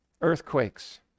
Earthquakes